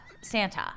Santa